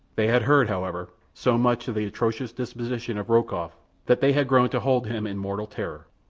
they had heard, however, so much of the atrocious disposition of rokoff that they had grown to hold him in mortal terror,